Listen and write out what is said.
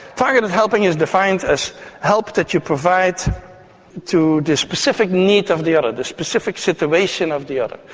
targeted helping is defined as help that you provide to the specific need of the other, the specific situation of the other.